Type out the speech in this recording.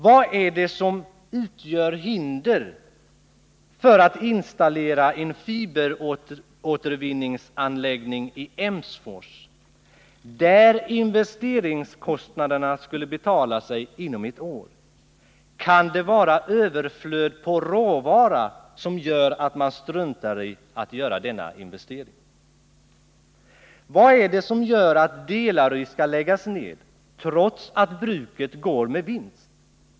Vad är det som utgör hinder för att installera en fiberåtervinningsanläggning i Emsfors, där investeringskostnaderna skulle betala sig inom ett år? Kan det vara överflöd på råvara som gör att man struntar i denna investering? Vad är det som gör att Delary skall läggas ned trots att bruket går med vinst?